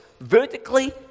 vertically